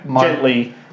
gently